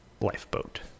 lifeboat